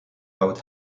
out